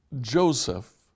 Joseph